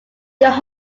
you’re